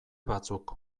batzuk